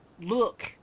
look